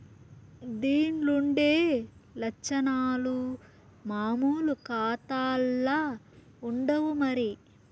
దీన్లుండే లచ్చనాలు మామూలు కాతాల్ల ఉండవు మరి